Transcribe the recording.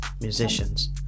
musicians